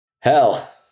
Hell